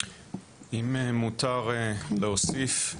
אם מותר להוסיף,